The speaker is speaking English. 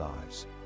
lives